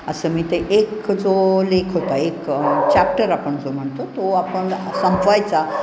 असं मी ते एक जो लेख होता एक चॅप्टर आपण जो म्हणतो तो आपण संपवायचा